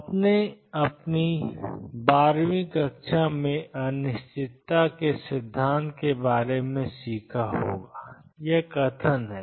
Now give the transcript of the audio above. आपने अपनी १२वीं कक्षा में अनिश्चितता के सिद्धांत के बारे में सीखा होगा यह कथन है